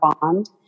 bond